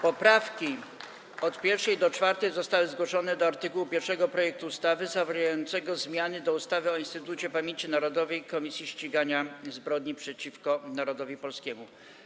Poprawki od 1. do 4. zostały zgłoszone do art. 1 projektu ustawy zawierającego zmiany do ustawy o Instytucie Pamięci Narodowej - Komisji Ścigania Zbrodni przeciwko Narodowi Polskiemu.